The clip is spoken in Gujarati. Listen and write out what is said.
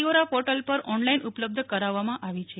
ઓરા પોર્ટલ પર ઓનલાઈન ઉપલબ્ધ કરાવવામાં આવી છે